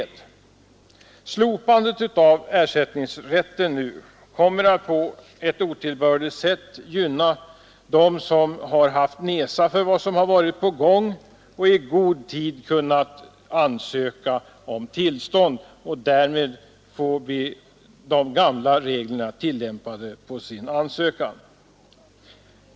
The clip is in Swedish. Ett slopande av ersättningsrätten nu kommer på ett otillbörligt sätt att gynna dem som har haft näsa för vad som har varit på gång och i god tid kunna ansöka om tillstånd och därmed få de gamla reglerna tillämpade på sin ansökan.